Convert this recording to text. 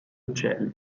uccelli